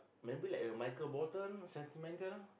maybe like uh Michael-Bolton sentimental